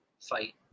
fight